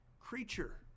creature